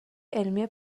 علمی